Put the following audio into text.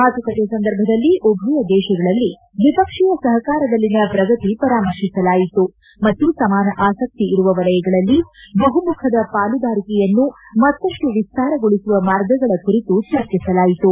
ಮಾತುಕತೆ ಸಂದರ್ಭದಲ್ಲಿ ಉಭಯ ದೇಶಗಳಲ್ಲಿ ದ್ವಿಸಕ್ಷೀಯ ಸಹಕಾರದಲ್ಲಿನ ಪ್ರಗತಿ ಪರಾಮರ್ಶಿಸಲಾಯಿತು ಮತ್ತು ಸಮಾನ ಆಸಕ್ತಿ ಇರುವ ವಲಯಗಳಲ್ಲಿ ಬಹುಮುಖದ ಪಾಲುದಾರಿಕೆಯನ್ನು ಮತ್ತಷ್ಟು ವಿಸ್ತಾರಗೊಳಿಸುವ ಮಾರ್ಗಗಳ ಕುರಿತು ಚರ್ಚಿಸಲಾಯಿತು